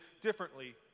differently